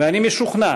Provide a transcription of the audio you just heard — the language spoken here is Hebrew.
ואני משוכנע